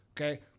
okay